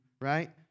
right